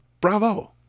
bravo